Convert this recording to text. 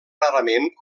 rarament